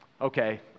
okay